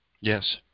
Yes